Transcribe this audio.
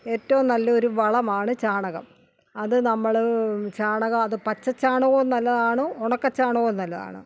ഏറ്റവും നല്ല ഒരു വളമാണ് ചാണകം അത് നമ്മള് ചാണകം അത് പച്ച ചാണകവും നല്ലതാണ് ഉണക്ക ചാണകവും നല്ലതാണ്